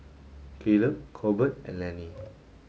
Kaleb Corbett and Lennie